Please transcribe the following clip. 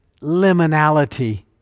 Liminality